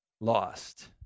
lost